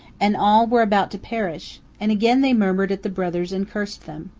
and all were about to perish and again they murmured at the brothers and cursed them.